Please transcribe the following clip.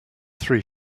three